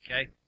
okay